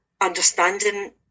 understanding